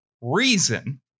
reason